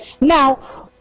Now